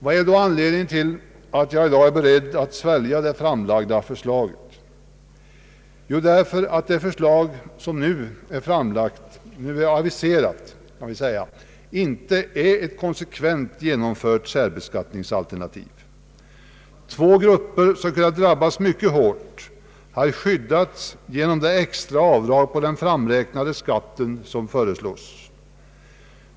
Vad är då anledningen till att jag i dag är beredd att svälja det framlagda förslaget? Jo, det förslag, som nu är aviserat är inte ett konsekvent genomfört särbeskattningsalternativ. Två grupper, som kunde ha drabbats mycket hårt, har skyddats genom det extra avdrag på den framräknade skatten som föreslås.